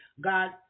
God